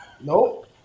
Nope